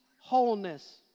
wholeness